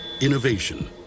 Innovation